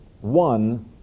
one